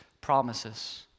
promises